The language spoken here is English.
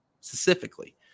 specifically